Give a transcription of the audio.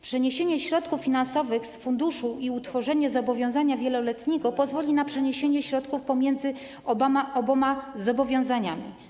Przeniesienie środków finansowych z funduszu i utworzenie zobowiązania wieloletniego pozwoli na przeniesienie środków pomiędzy oboma zobowiązaniami.